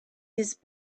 his